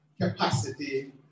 capacity